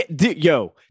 Yo